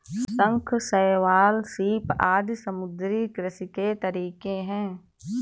शंख, शैवाल, सीप आदि समुद्री कृषि के तरीके है